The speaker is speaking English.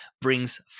brings